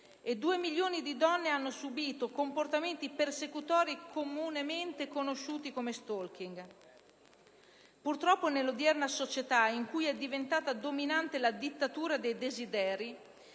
2 milioni le donne che hanno subito comportamenti persecutori, comunemente conosciuti come *stalking*. Purtroppo nell'odierna società in cui è diventata dominante la dittatura dei desideri,